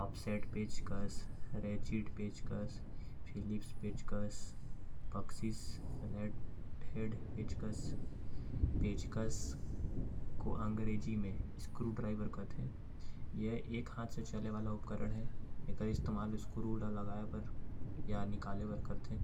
आफ़सेट पेचकस रैचिट पेचकस। फ़िलिप्स पेचकश जौहरी का पेचकस। पेचकस एक हाथ से चले वाला उपकरण है। एकर इस्तेमाल स्क्रू के लगाए और निकाले बर कर थे।